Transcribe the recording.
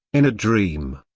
in a dream,